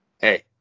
hey